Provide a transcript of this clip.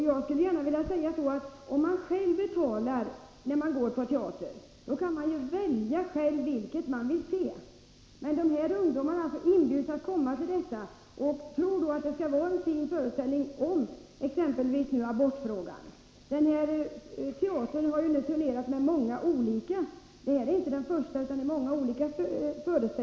Jag vill också säga att man, om man på egen hand gör ett teaterbesök, ju själv kan välja vad man vill se, men de ungdomar som inbjuds att se den föreställning som det här gäller får intrycket att det är en fin pjäs om exempelvis abortfrågan. Den här teatergruppen har varit ute och turnerat med många olika föreställningar, och detta är inte den första.